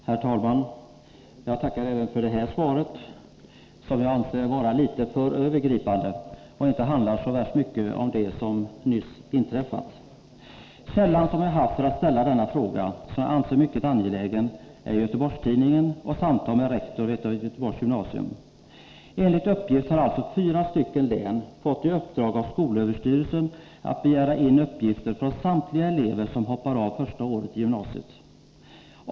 Herr talman! Jag tackar även för svaret på den här frågan. Jag anser det dock vara litet för övergripande och finner dessutom att det inte handlar så särskilt mycket om det som nyss inträffat. De källor som jag haft när jag ställde denna fråga, som jag anser mycket angelägen, är Göteborgs-Tidningen och rektor vid ett av Göteborgs gymnasier, vilken jag haft samtal med. Enligt uppgift har man i fyra län fått i uppdrag av skolöverstyrelsen att begära in upplysningar från samtliga elever som hoppar av från första året av gymnasiet.